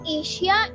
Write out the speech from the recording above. asia